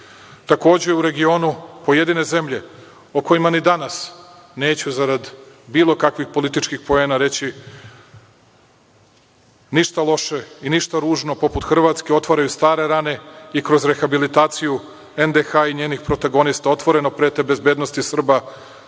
u regionu pojedine zemlje, o kojima ni danas neću zarad bilo kakvih političkih poena reći ništa loše i ništa ružno poput Hrvatske, otvaraju stare rane i kroz rehabilitaciju NDH i njenih protagonista, otvoreno prete bezbednosti Srba,